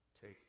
take